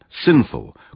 sinful